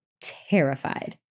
terrified